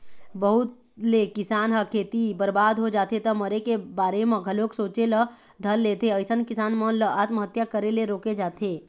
बहुत ले किसान ह खेती बरबाद हो जाथे त मरे के बारे म घलोक सोचे ल धर लेथे अइसन किसान मन ल आत्महत्या करे ले रोके जाथे